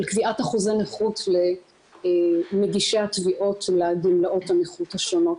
קביעת אחוזי נכות למגישי התביעות של גמלאות הנכות השונות.